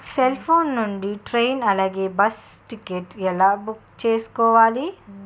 Cell phone నుండి train అలాగే bus ticket ఎలా బుక్ చేసుకోవాలి?